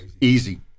Easy